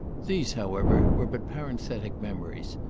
these, however, were but parenthetic memories,